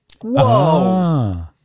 whoa